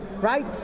right